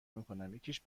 میکنم، یکیش